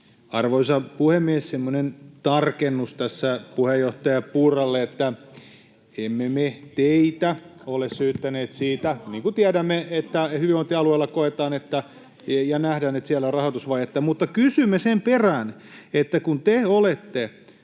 Arvoisa puhemies! Semmoinen tarkennus tässä puheenjohtaja Purralle, että emme me teitä ole syyttäneet siitä. [Arja Juvonen: Minua!] Niin kuin tiedämme, hyvinvointialueella koetaan ja nähdään, että siellä on rahoitusvajetta, mutta kysymme sen perään, että kun te olette